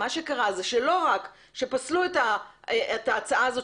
מה שקרה זה שלא רק שפסלו את ההצעה הזאת